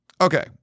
Okay